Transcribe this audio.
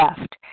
left